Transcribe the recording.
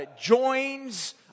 joins